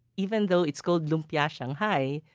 even though it's called lumpia shanghai,